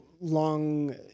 Long